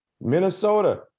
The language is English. Minnesota